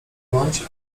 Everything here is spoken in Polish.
bądź